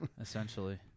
Essentially